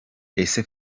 ese